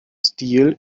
stil